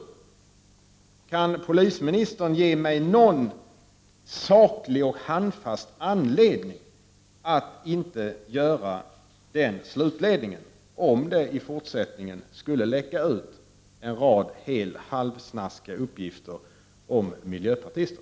Kan polisministern ge mig någon saklig och handfast anledning att inte göra den slutledningen, om det i fortsättningen skulle läcka ut en rad heleller halvsnaskiga uppgifter om miljöpartister.